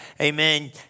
Amen